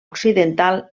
occidental